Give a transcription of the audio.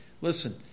listen